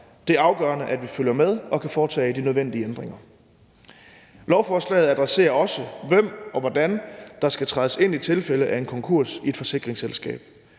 Det er afgørende, at vi følger med og kan foretage de nødvendige ændringer. Lovforslaget adresserer også, hvem der skal træde ind, og hvordan der skal trædes ind i tilfælde af en konkurs i et forsikringsselskab.